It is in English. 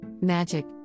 Magic